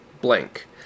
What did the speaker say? blank